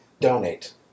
donate